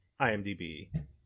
IMDb